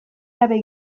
batera